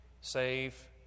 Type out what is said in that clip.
save